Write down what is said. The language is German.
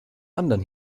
anderen